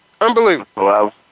Unbelievable